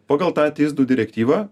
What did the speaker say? pagal tą tys du direktyvą